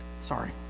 Sorry